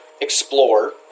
explore